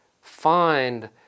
find